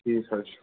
ٹھیٖک حظ چھُ